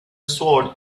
sword